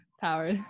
power